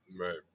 right